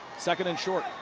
second and short.